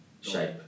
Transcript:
shape